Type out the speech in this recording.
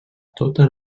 tota